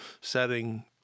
setting